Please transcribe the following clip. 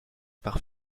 par